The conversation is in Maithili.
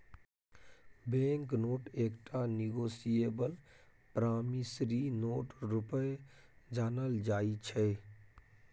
बैंक नोट एकटा निगोसिएबल प्रामिसरी नोट रुपे जानल जाइ छै